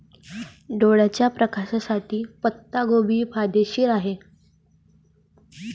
डोळ्याच्या प्रकाशासाठी पत्ताकोबी फायदेशीर आहे